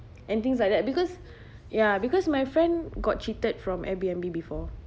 and things like that because ya because my friend got cheated from airbnb before